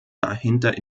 dahinter